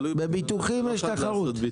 בביטוחים יש תחרות.